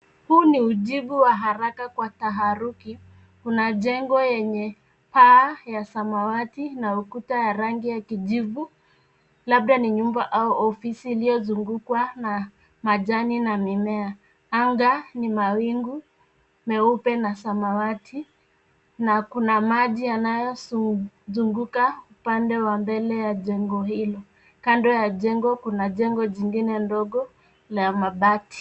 Huu ni ujibu wa haraka kwa taharuki. Kuna jengo yenye paa ya samawati na ukuta ya rangi ya kijivu, labda ni nyumba au ofisi iliyozungukwa na majani na mimea. Anga ni mawingu meupe na samawati na kuna maji yanayozunguka upande wa mbele ya jengo hilo. Kando ya jengo kuna jengo jingine ndogo la mabati.